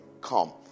come